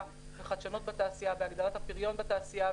וחדשנות בתעשייה והגדלת הפריון בתעשייה,